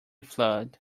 flood